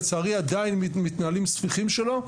לצערי עדיין מתנהלים ספיחים שלו,